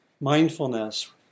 mindfulness